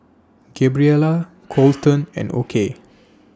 Gabriella Coleton and Okey